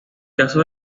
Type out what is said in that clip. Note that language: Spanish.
caso